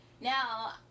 Now